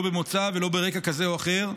לא במוצא ולא ברקע כזה או אחר.